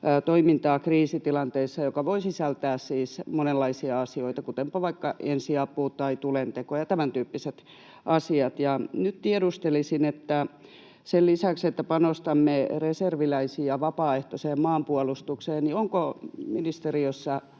toimintaa kriisitilanteissa, joka voi sisältää siis monenlaisia asioita, kuten vaikka ensiapua tai tulentekoa ja tämäntyyppisiä asioita. Nyt tiedustelisin: sen lisäksi, että panostamme reserviläisiin ja vapaaehtoiseen maanpuolustukseen, onko ministeriössä